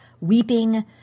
weeping